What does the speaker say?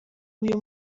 uyu